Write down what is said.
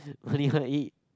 what you want to eat